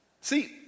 See